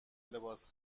لباس